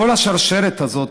לכל השרשרת הזאת,